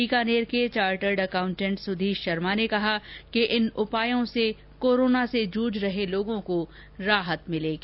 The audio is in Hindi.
बीकानेर के चार्टर्ड अकाउंटेंट सुधीश शर्मा ने कहा कि इन उपायों से कोरोना से जूझ रहे लोगों को राहत मिलेगी